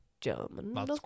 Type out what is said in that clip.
German